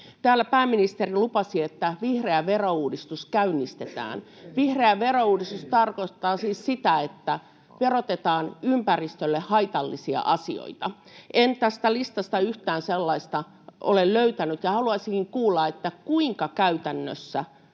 Täällä pääministeri lupasi, että vihreä verouudistus käynnistetään. Vihreä verouudistus tarkoittaa siis sitä, että verotetaan ympäristölle haitallisia asioita. En tästä listasta yhtään sellaista ole löytänyt, ja haluaisinkin kuulla, kuinka käytännössä